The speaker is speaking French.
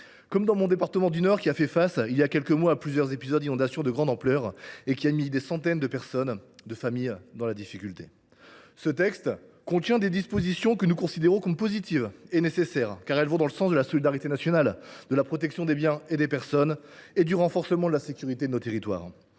mois, le département du Nord a subi plusieurs épisodes d’inondations d’une grande ampleur, mettant des centaines de personnes et de familles en difficulté. Ce texte contient des dispositions que nous considérons comme positives et nécessaires, car elles vont dans le sens de la solidarité nationale, de la protection des biens et des personnes et du renforcement de la sécurité de nos territoires.